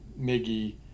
Miggy